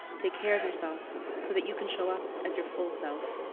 take care of yourself so that you can show up as your full self.